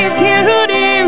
beauty